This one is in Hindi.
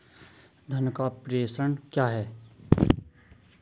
धन का प्रेषण क्या है?